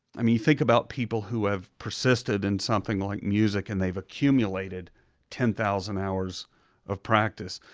i mean you think about people who have persisted in something like music and they've accumulated ten thousand hours of practice.